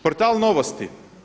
Portal „Novosti“